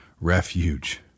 refuge